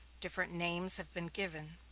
different names have been given.